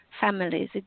families